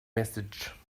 message